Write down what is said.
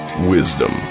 Wisdom